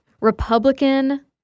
Republican